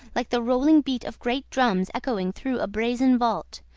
like the rolling beat of great drums echoing through a brazen vault.